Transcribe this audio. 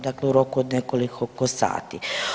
Dakle, u roku od nekoliko sati.